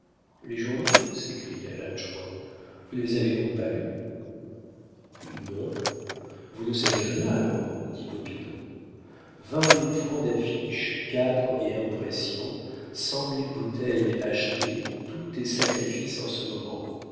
les journaux s'écria l'adjoint vous ne les avez donc pas lus non vous ne savez rien alors dit popinot vingt mille francs d'affiches cadres et impressions cent mille bouteilles achetées tout est sacrifice en ce moment